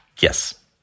Yes